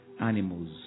animals